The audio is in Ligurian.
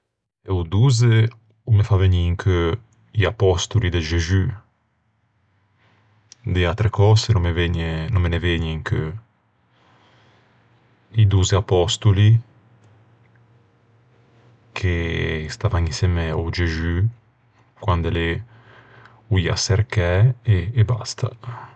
O dozze o me fa vegnî in cheu i apòstoli de Gexù. De atre cöse no me vëgne no me vëgne in cheu. I dozze apòstoli de Gexù che stavan insemme à lê quande o î à çercæ, e basta.